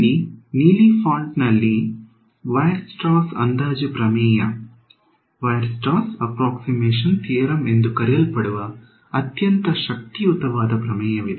ಇಲ್ಲಿ ನೀಲಿ ಫಾಂಟ್ನಲ್ಲಿ ವೈರ್ಸ್ಟ್ರಾಸ್ ಅಂದಾಜು ಪ್ರಮೇಯ ಎಂದು ಕರೆಯಲ್ಪಡುವ ಅತ್ಯಂತ ಶಕ್ತಿಯುತ ಪ್ರಮೇಯವಿದೆ